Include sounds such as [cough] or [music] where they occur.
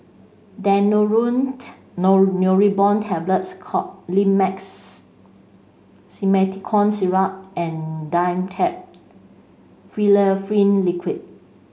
Daneuron [unintelligible] Neurobion Tablets Colimix Simethicone Syrup and Dimetapp Phenylephrine Liquid